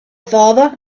father